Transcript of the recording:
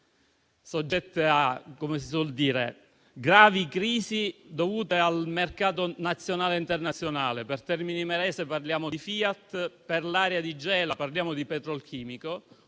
suol dire, a gravi crisi dovute al mercato nazionale ed internazionale. Per Termini Imerese parliamo di Fiat, per l'area di Gela parliamo di Petrolchimico,